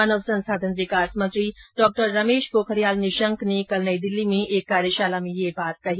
मानव संसाधन विकास मंत्री डॉक्टर रमेश पोखरियाल निशंक ने कल नई दिल्ली में एक कार्यशाला में यह बात कही